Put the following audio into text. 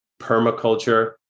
permaculture